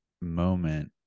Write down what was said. moment